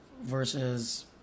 versus